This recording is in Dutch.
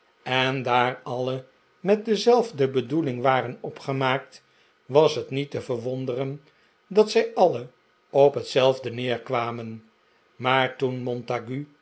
en daar alle met dezelfde bedoeling waren opgemaakt was het niet te verwonderen dat zij alle op hetzelfde neerkwamen maar toen montague